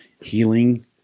healing